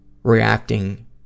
reacting